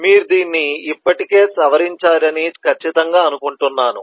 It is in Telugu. మీరు దీన్ని ఇప్పటికే సవరించారని ఖచ్చితంగా అనుకుంటున్నాను